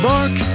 Mark